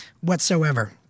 whatsoever